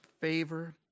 favor